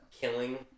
killing